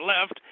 left